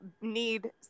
need